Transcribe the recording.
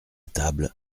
table